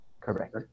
Correct